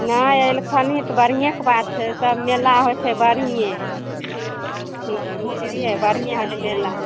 नहि अयलखुनि तऽ बढ़िएँ बात छै सब मेला होइ छै बढ़िएँ बुझलियै बढ़िएँ होइ छै मेला